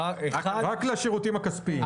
רק לשירותים הכספיים.